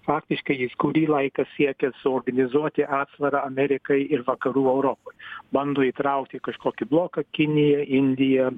faktiškai jis kurį laiką siekė suorganizuoti atsvarą amerikai ir vakarų europoj bando įtraukti į kažkokį bloką kinija indiją